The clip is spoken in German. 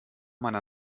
meiner